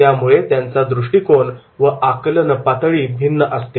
त्यामुळे त्यांचा दृष्टिकोन व आकलनपातळी भिन्न असते